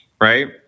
right